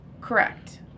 Correct